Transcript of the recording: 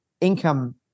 income